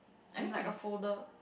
in like a folder